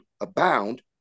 abound